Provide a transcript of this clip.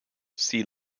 sea